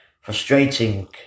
frustrating